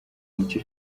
nicyo